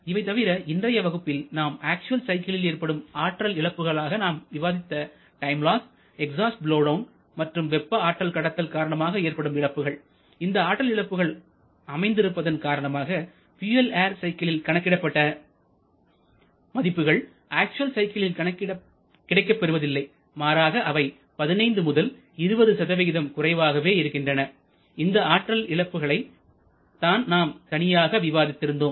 இவை தவிர இன்றைய வகுப்பில் நாம் அக்சுவல் சைக்கிள்களில் ஏற்படும் ஆற்றல் இழப்புகளாக நாம் விவாதித்த time loss exhaust blow down மற்றும் வெப்ப ஆற்றல் கடத்தல் காரணமாக ஏற்படும் இழப்புகள் இந்த ஆற்றல் இழப்புகள் அமைந்து இருப்பதன் காரணமாக பியூயல் ஏர் சைக்கிளில் கணக்கிடப்பட்ட மதிப்புகள் அக்சுவல் சைக்கிளில் கிடைக்கப் பெறுவதில்லை மாறாக அவை 15 முதல் 20 குறைவாகவே இருக்கின்றன இந்த ஆற்றல் இழப்புகளை தான் நாம் தனியாக விவாதித்து இருந்தோம்